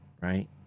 right